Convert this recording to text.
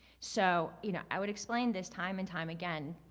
so, you know, i would explain this time and time again,